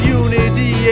unity